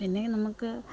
പിന്നെ നമുക്ക്